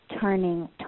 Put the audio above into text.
turning